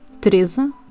Teresa